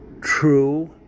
True